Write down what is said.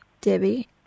Debbie